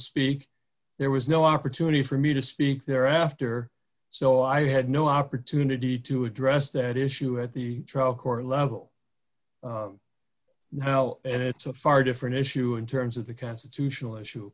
speak there was no opportunity for me to speak there after so i had no opportunity to address that issue at the trial court level now and it's a far different issue in terms of the constitutional issue of